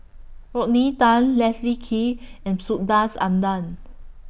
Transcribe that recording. Rodney Tan Leslie Kee and Subhas Anandan